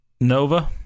nova